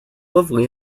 lovely